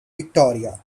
victoria